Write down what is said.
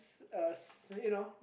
a s~ you know